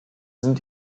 sind